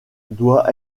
doit